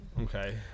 Okay